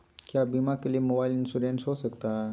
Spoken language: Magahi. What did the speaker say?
क्या बीमा के लिए मोबाइल इंश्योरेंस हो सकता है?